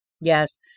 Yes